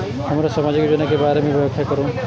हमरा सामाजिक योजना के बारे में व्याख्या करु?